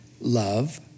love